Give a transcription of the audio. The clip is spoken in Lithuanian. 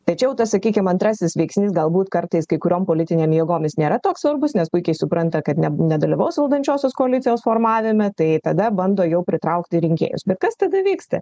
tai čia jau tas sakykim antrasis veiksnys galbūt kartais kai kuriom politinėm jėgom jis nėra toks svarbus nes puikiai supranta kad ne nedalyvaus valdančiosios koalicijos formavime tai tada bando jau pritraukti rinkėjus bet kas tada vyksta